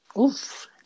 Oof